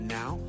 now